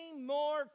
more